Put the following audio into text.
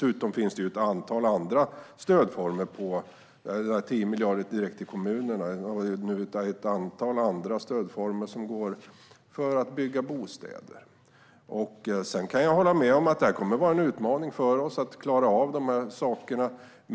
Utöver dessa 10 miljarder till kommunerna finns det ett antal andra stöd för att bygga bostäder. Jag håller med om att det kommer att vara en utmaning för oss att klara av detta.